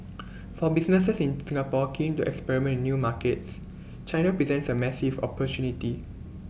for businesses in Singapore keen to experiment in new markets China presents A massive opportunity